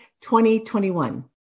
2021